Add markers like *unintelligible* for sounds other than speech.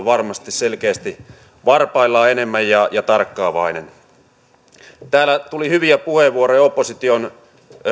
*unintelligible* varmasti selkeästi varpaillaan enemmän ja ja tarkkaavainen täällä tuli hyviä puheenvuoroja opposition